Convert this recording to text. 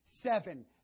Seven